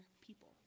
people